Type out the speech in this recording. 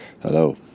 Hello